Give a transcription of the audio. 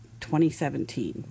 2017